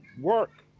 work